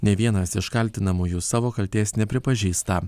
nei vienas iš kaltinamųjų savo kaltės nepripažįsta